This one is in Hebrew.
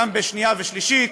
גם בשנייה ושלישית,